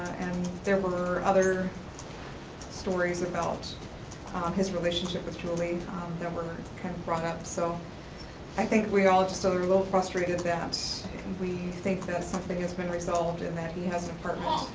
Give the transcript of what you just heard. there were other stories about his relationship with julie that were kind of brought up. so i think we all just are a little frustrated that we think that something has been resolved and that he has an apartment,